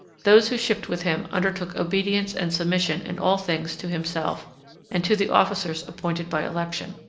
those who shipped with him undertook obedience and submission in all things to himself and to the officers appointed by election.